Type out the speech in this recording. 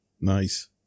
Nice